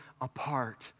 apart